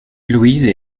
louise